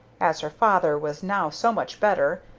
as her father was now so much better,